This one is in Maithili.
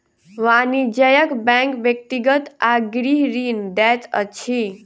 वाणिज्य बैंक व्यक्तिगत आ गृह ऋण दैत अछि